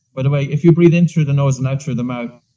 but way, if you breathe in through the nose and out through the mouth.